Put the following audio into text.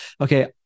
okay